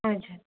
हजुर